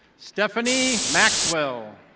stephanie maxwell.